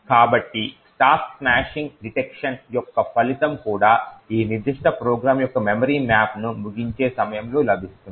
కాబట్టి stack smashing detection యొక్క ఫలితం కూడా ఆ నిర్దిష్ట ప్రోగ్రామ్ యొక్క మెమరీ మ్యాప్ను ముగించే సమయంలో అందిస్తుంది